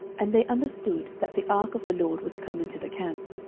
and they understood that the ark of the lord was come into the camp.